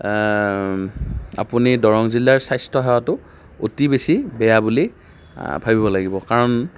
আপুনি দৰং জিলাৰ স্বাস্থ্য সেৱাতো অতি বেছি বেয়া বুলি ভাবিব লাগিব কাৰণ